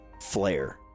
flare